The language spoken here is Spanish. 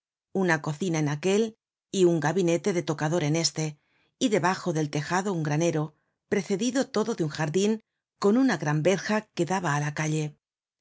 una cocina en aquel y un gabinete de tocador en éste y debajo del tejado un granero precedido todo de un jardin con una gran verja que daba á la calle